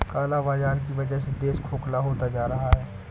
काला बाजार की वजह से देश खोखला होता जा रहा है